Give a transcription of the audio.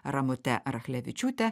ramute rachlevičiūte